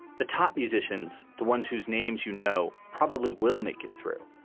the top musicians, the ones whose names, you know, probably will make it through.